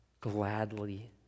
gladly